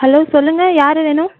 hello சொல்லுங்கள் யார் வேணும்